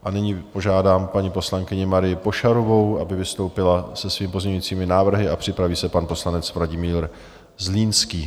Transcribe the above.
A nyní požádám paní poslankyni Marii Pošarovou, aby vystoupila se svými pozměňujícími návrhy, a připraví se pan poslanec Vladimír Zlínský.